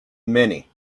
many